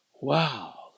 wow